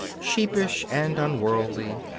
sheepish and unworldly,